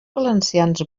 valencians